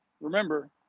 Remember